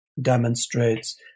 demonstrates